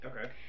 Okay